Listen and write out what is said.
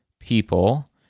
people